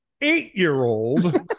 eight-year-old